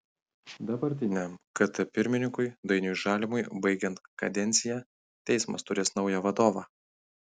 dabartiniam kt pirmininkui dainiui žalimui baigiant kadenciją teismas turės naują vadovą